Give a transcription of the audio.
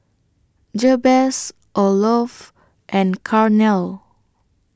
Jabez Olof and Carnell